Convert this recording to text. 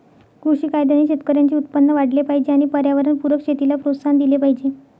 कृषी कायद्याने शेतकऱ्यांचे उत्पन्न वाढले पाहिजे आणि पर्यावरणपूरक शेतीला प्रोत्साहन दिले पाहिजे